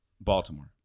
Baltimore